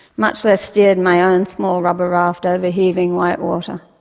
much less steered my own small rubber raft over heaving white water.